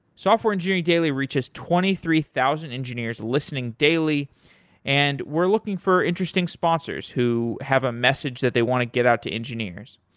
software engineering daily reaches twenty three thousand engineers listening daily and we're looking for interesting sponsors who have a message that they want to get out to engineers.